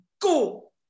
go